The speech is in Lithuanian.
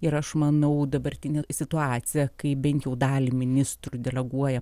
ir aš manau dabartinė situacija kai bent jau dalį ministrų deleguoja